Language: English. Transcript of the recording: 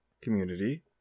community